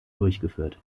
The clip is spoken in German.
durchgeführt